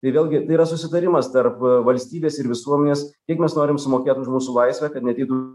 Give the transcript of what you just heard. tai vėlgi tai yra susitarimas tarp valstybės ir visuomenės kiek mes norim sumokėt už mūsų laisvę kad neateitų